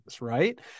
right